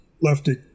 Lefty